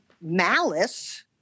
malice